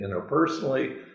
interpersonally